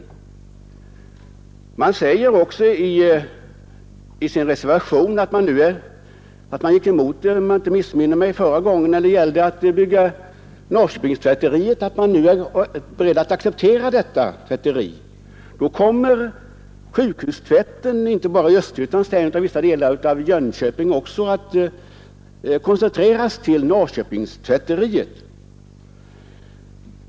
Reservanterna säger också i sin reservation, trots att de, om jag inte missminner mig, förra gången gick emot att bygga Norrköpingstvätteriet, att de nu är beredda att acceptera detta tvätteri. Då kommer sjukhustvätten, inte bara i Östergötlands län utan också i vissa delar av Jönköpings län, att koncentreras till Norrköpingstvätteriet.